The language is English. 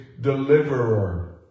deliverer